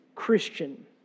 Christian